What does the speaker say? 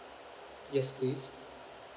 yes please